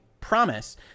promise